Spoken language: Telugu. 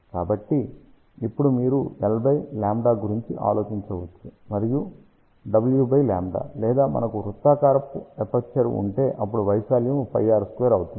కాబట్టి ఇప్పుడు మీరు L λ గురించి ఆలోచించవచ్చు మరియుW λ లేదా మనకు వృత్తాకారపు ఎపర్చరు ఉంటే అప్పుడు వైశాల్యము πr2 అవుతుంది